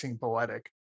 Poetic